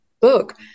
book